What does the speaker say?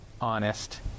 honest